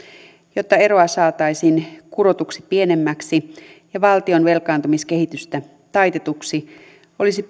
jotta eroa saataisiin kurotuksi pienemmäksi ja valtion velkaantumiskehitystä taitetuksi olisi